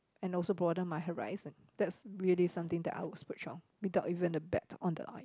and also broaden my horizon that's really something that I would splurge on without even a bat on the eye